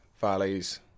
valleys